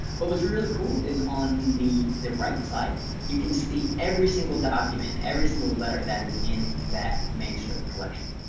but what's really cool is on the the right side you can see every single document every single letter that is in that manuscript collection.